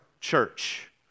church